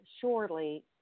surely